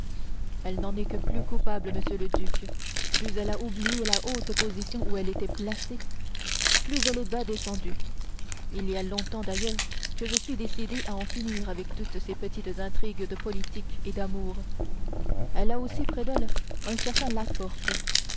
elle n'en est que plus coupable monsieur le duc plus elle a oublié la haute position où elle était placée plus elle est bas descendue il y a longtemps d'ailleurs que je suis décidé à en finir avec toutes ces petites intrigues de politique et d'amour elle a aussi près d'elle un certain la porte